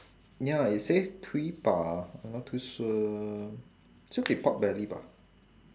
ya it says tui ba I'm not too sure should be pork belly bah